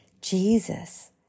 Jesus